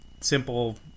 simple